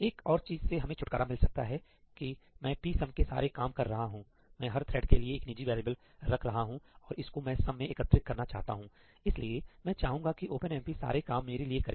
एक और चीज से हमें छुटकारा मिल सकता है की मैं psum के सारे काम कर रहा हूं मैं हर थ्रेड के लिए एक निजी वेरिएबल रख रहा हूं और इसको मैं सम में एकत्रित करना चाहता हूं इसलिए मैं चाहूंगा कि ओपनएमपी सारे काम मेरे लिए करें